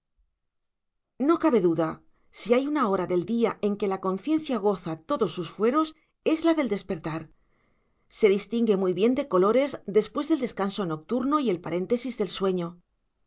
no cabe duda si hay una hora del día en que la conciencia goza todos sus fueros es la del despertar se distingue muy bien de colores después del descanso nocturno y el paréntesis del sueño